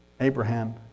Abraham